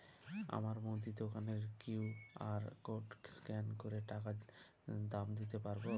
আমার মুদি দোকানের কিউ.আর কোড স্ক্যান করে টাকা দাম দিতে পারব?